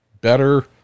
better